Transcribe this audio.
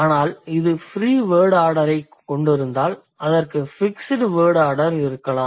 ஆனால் இது free word ஆர்டரைக் கொண்டிருந்தால் அதற்கு ஃபிக்ஸ்டு வேர்ட் ஆர்டர் இருக்கலாம்